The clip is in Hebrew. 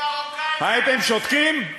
הייתם שותקים?